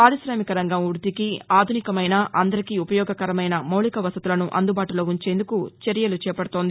పారిశామిక రంగం వృద్దికి ఆధునికమైన అందరికీ ఉపయోగకరమైన మౌలిక వసతులను అందుబాటులో ఉంచేందుకు చర్యలు చేపడుతోంది